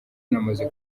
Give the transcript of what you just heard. namaze